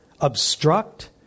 obstruct